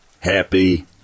happy